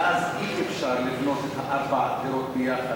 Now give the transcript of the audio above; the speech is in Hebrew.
ואז אי-אפשר לבנות את ארבע הדירות ביחד,